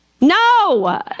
No